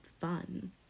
fun